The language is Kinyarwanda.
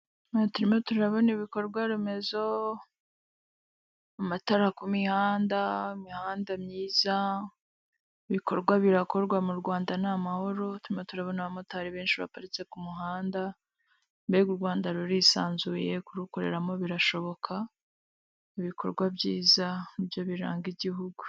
Hano turimo turabona ibikorwaremezo amatara ku mihanda, imihanda myiza ibikorwa birakorwa mu Rwanda ni amahoro, turimo turabona abamotari benshi baparitse ku muhanda, mbega u Rwanda rurisanzuye kurukoreramo birashoboka, ibikorwa byiza nibyo biranga igihugu.